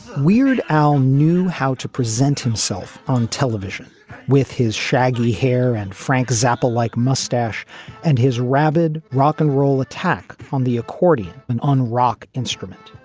weird al knew how to present himself on television with his shaggy hair and frank zappa like mustache and his rabid rock and roll attack on the accordion man and on rock instrument.